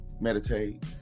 meditate